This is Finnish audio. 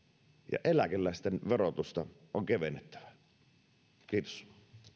ja eläkeläisten verotusta on kevennettävä kiitos